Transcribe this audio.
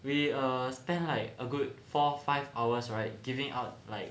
we err spend like a good four five hours right giving out like